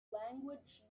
language